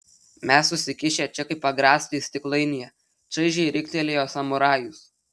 mes susikišę čia kaip agrastai stiklainyje čaižiai riktelėjo samurajus